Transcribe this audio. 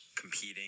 competing